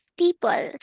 people